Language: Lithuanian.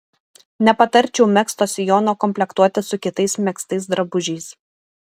nepatarčiau megzto sijono komplektuoti su kitais megztais drabužiais